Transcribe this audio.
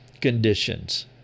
conditions